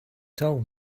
told